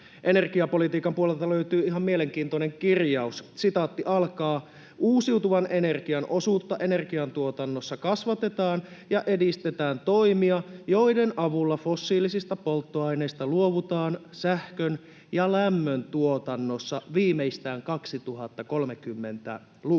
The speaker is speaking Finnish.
energiapolitiikan puolelta löytyy ihan mielenkiintoinen kirjaus: ”Uusiutuvan energian osuutta energiantuotannossa kasvatetaan ja edistetään toimia, joiden avulla fossiilisista polttoaineista luovutaan sähkön ja lämmön tuotannossa viimeistään 2030-luvulla.”